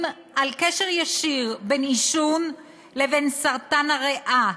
על קשר ישיר בין עישון לבין סרטן הריאה,